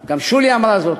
גם שולי אמרה זאת,